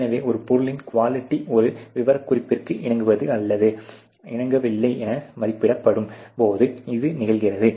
எனவே ஒரு பொருளின் குவாலிட்டி ஒரு விவரக்குறிப்பிற்கு இணங்குவது அல்லது இணங்கவில்லை என மதிப்பிடப்படும் போது இது நிகழ்கிறது